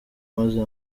maze